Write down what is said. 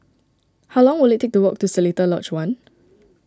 how long will it take to walk to Seletar Lodge one